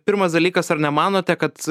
pirmas dalykas ar nemanote kad